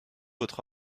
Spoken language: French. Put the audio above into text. votre